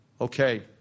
Okay